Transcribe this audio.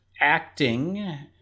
acting